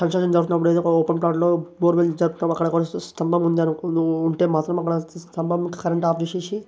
construction జరుగుతున్నపుడు ఏదో ఒక ఓపెన్ ప్లాట్లో బోర్వెల్ జరుపుతాం అక్కడ కొలిచే స్తంభం ముందర వాళ్ళు ఉంటే మాత్రం అక్కడ స్తంభం కరెంట్ ఆఫ్ చేసేసి